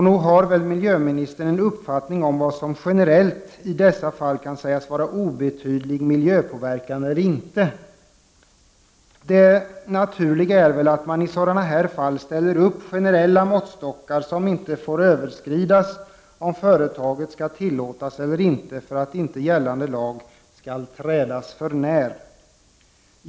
Nog har väl miljöministern en uppfattning om vad som generellt i dessa fall kan sägas vara obetydlig miljöpåverkan resp. inte kan vara det? Det naturliga är väl att man i sådana här fall ställer upp generella måttstockar som inte får överskridas om företaget skall tillåtas eller inte för att inte gällande lag skall trädas för när.